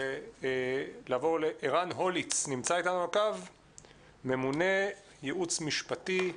ערן הוליץ, ממונה ייעוץ משפטי,